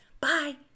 Bye